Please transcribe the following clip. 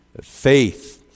faith